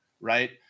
right